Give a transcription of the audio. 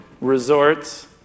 resorts